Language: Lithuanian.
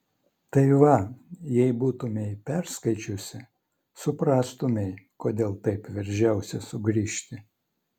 tai va jei būtumei perskaičiusi suprastumei kodėl taip veržiausi sugrįžti